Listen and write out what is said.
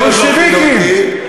בולשביקים.